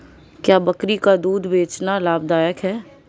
क्या बकरी का दूध बेचना लाभदायक है?